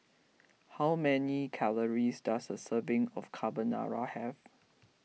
how many calories does a serving of Carbonara have